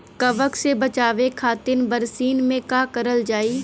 कवक से बचावे खातिन बरसीन मे का करल जाई?